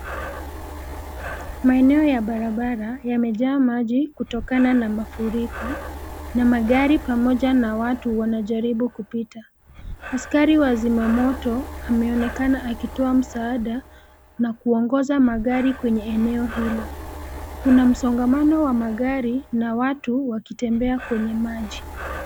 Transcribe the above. Maeneo ya barabara yamejaa maji kutokana na mafuriko, na magari pamoja na watu wanajaribu kupita, askari wazimamoto, ameonekana akitoa msaada, na kuongoza magari kwenye eneo hilo, kuna msongamano wa magari na watu wakitembea kwenye maji.